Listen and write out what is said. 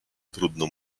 trudno